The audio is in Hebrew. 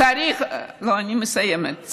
אני מסיימת.